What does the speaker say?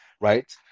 Right